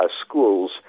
schools